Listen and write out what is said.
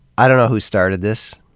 i don't know who started this,